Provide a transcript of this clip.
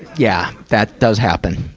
yeah, that does happen.